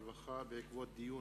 הרווחה והבריאות בעקבות דיון